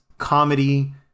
comedy